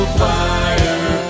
fire